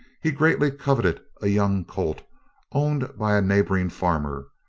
he greatly coveted a young colt owned by a neighboring farmer,